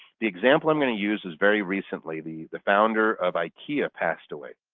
the example i'm going to use is very recently, the the founder of ikea passed away.